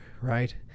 right